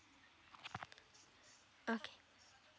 okay